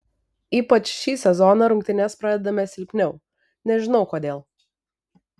ypač šį sezoną rungtynes pradedame silpniau nežinau kodėl